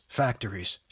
factories